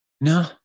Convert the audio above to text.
no